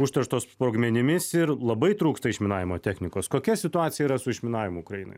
užterštos sprogmenimis ir labai trūksta išminavimo technikos kokia situacija yra su išminavimu ukrainoje